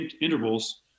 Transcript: intervals